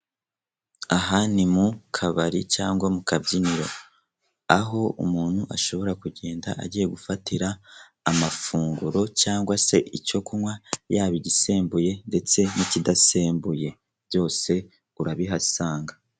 Aha ni mu kabari cyangwa mu kabyinoro aho umuntu ashobora kugenda agiye gufatira amafunguro cyangwa se icyo kunywa yaba igisembuye ndetse n'ikidasembuye byose urabihasanga.